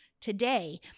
Today